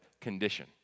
condition